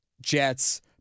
Jets